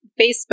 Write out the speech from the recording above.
Facebook